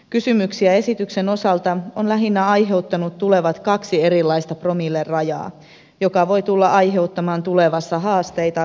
kysymyksiä esityksen osalta ovat lähinnä aiheuttaneet tulevat kaksi erilaista promillerajaa jotka voivat tulla aiheuttamaan tulevassa haasteita valvonnan osalle